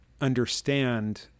understand